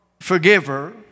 forgiver